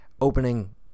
opening